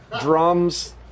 drums